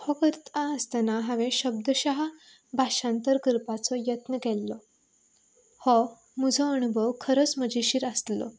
हो करता आसतना हांवें शब्दशहा भाशांतर करपाचो यत्न केल्लो हो म्हजो अणभव खरोच मजेशीर आसलो